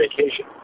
vacation